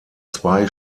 zwei